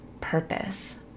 purpose